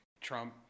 Trump